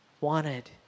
wanted